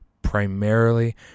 primarily